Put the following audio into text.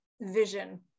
vision